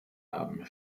haben